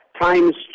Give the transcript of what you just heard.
times